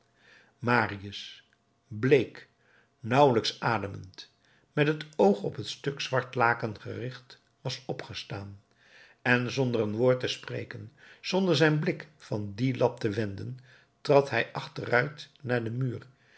marius bleek nauwelijks ademend met het oog op het stuk zwart laken gericht was opgestaan en zonder een woord te spreken zonder zijn blik van die lap te wenden trad hij achteruit naar den muur